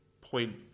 point